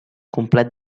complet